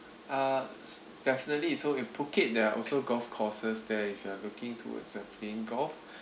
uh definitely so in phuket there are also golf courses there if you are looking towards uh playing golf